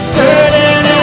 certain